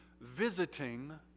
visiting